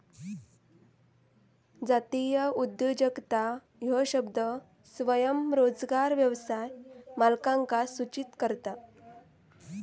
जातीय उद्योजकता ह्यो शब्द स्वयंरोजगार व्यवसाय मालकांका सूचित करता